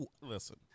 Listen